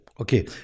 Okay